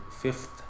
fifth